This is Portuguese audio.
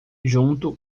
junto